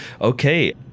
Okay